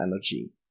energy